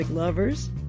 lovers